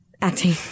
acting